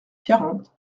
quarante